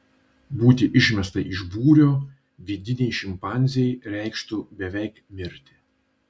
būti išmestai iš būrio vidinei šimpanzei reikštų beveik mirti